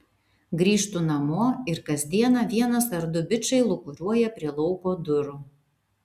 grįžtu namo ir kas dieną vienas ar du bičai lūkuriuoja prie lauko durų